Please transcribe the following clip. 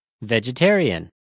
Vegetarian